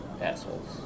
assholes